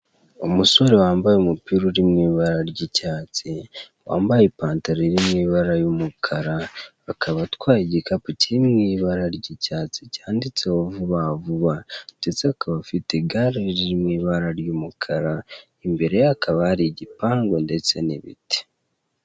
Umusore wambaye umupira uri mu ibara ry'icyatsi wambaye ipantaro iri mu ibara y'umukara, akabatwaye igikapu kiri mu ibara ry'icyatsi cyanditseho vubavuba, ndetse akaba afite igare riri mu ibara ry'umukara, imbere ye hakaba hari igipangu ndetse n'ibiti.